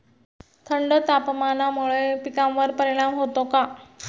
थंड तापमानामुळे पिकांवर परिणाम होतो का?